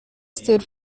stood